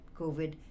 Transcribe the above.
COVID